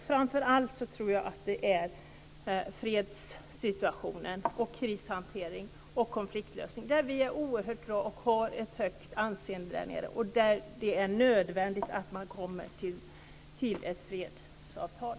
Framför allt tror jag att det gäller fredssituationen, krishanteringen och konfliktlösningen. Där är Sverige mycket bra, och har ett högt anseende där nere. Det är nödvändigt att man kommer till ett fredsavtal.